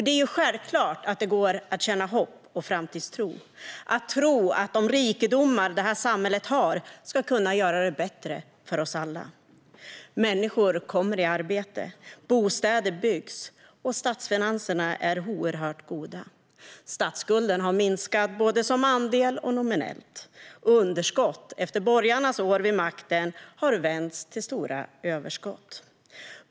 Det är självklart att det går att känna hopp och framtidstro och att tro att de rikedomar som detta samhälle har ska kunna göra det bättre för oss alla. Människor kommer i arbete, bostäder byggs och statsfinanserna är oerhört goda. Statskulden har minskat både som andel och nominellt, och underskott efter borgarnas år vid makten har vänts till stora överskott.